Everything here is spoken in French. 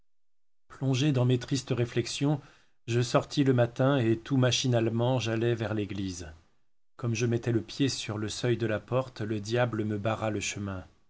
plongé dans mes tristes réflexions je sortis le matin et tout machinalement j'allai vers l'église comme je mettais le pied sur le seuil de la porte le diable me barra le chemin